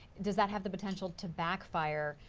does that have the potential to backfire.